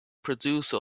producer